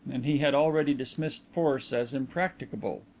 and he had already dismissed force as impracticable.